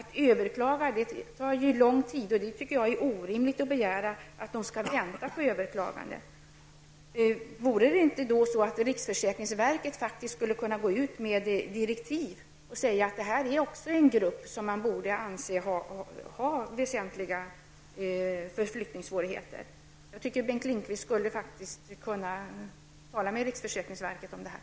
Att överklaga tar ju lång tid, och det är enligt min mening orimligt att begära att de skall vänta på ett överklagande. Riksförsäkringsverket skulle kunna gå ut med direktiv och säga att också detta är en grupp som borde anses ha väsentliga förflyttningssvårigheter. Jag tycker att Bengt Lindqvist skulle kunna tala med riksförsäkringsverket om detta.